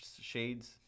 shades